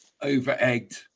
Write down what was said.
over-egged